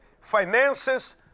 finances